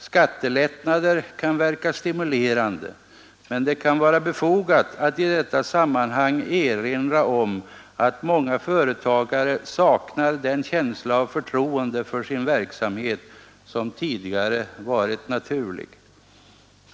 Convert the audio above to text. Skattelättnader kan verka stimulerande, men det kan vara befogat att i detta sammanhang erinra om att många företagare saknar den känsla av förtroende för sin verksamhet som tidigare varit naturlig.